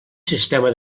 sistema